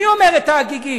מי אומר את ההגיגים?